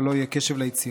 אבל לא יהיה קשב ליצירה.